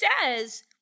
says